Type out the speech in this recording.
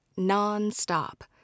non-stop